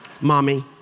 Mommy